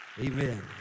Amen